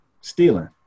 stealing